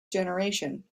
generation